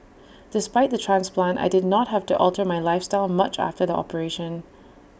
despite the transplant I did not have to alter my lifestyle much after the operation